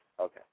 Okay